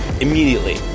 immediately